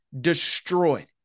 destroyed